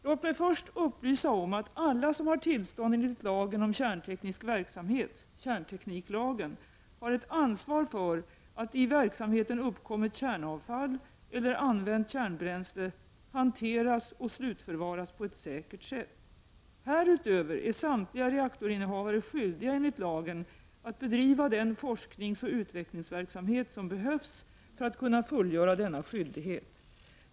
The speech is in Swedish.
Låt mig först upplysa om att alla som har tillstånd enligt lagen om kärnteknisk verksamhet har ett ansvar för att i verksamheten uppkommet kärnavfall eller använt kärnbränsle hanteras och slutförvaras på ett säkert sätt. Härutöver är samtliga reaktorinnehavare skyldiga enligt lagen att bedriva den forskningsoch utvecklingsverksamhet som behövs för att kunna fullgöra denna skyldighet.